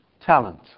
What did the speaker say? talent